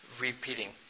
repeating